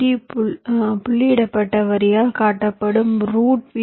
D புள்ளியிடப்பட்ட வரியால் காட்டப்படும் ரூட் வி